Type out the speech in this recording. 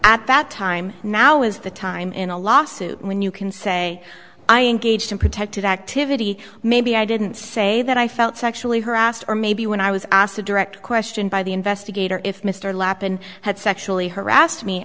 at that time now is the time in a law suit when you can say i engaged in protected activity maybe i didn't say that i felt sexually harassed or maybe when i was asked a direct question by the investigator if mr lap and had sexually harassed me